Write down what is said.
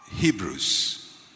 Hebrews